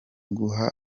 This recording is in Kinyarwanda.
guha